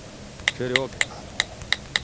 ശരി ഓക്കെ